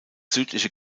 südliche